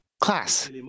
class